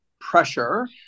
pressure